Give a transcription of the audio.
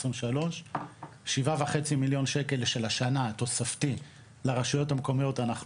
2023. שבעה וחצי מיליון שקל של השנה תוספתי הקצנו לרשויות המקומיות.